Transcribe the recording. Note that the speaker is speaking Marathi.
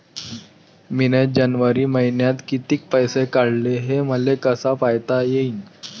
मिन जनवरी मईन्यात कितीक पैसे काढले, हे मले कस पायता येईन?